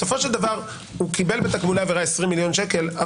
בסופו של דבר קיבל בתקבולי עבירה 20 מילון שקל.